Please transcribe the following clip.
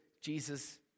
Jesus